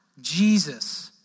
Jesus